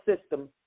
system